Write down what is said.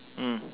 mm